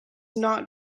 not